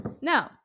No